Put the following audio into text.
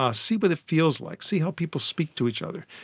ah see what it feels like, see how people speak to each other,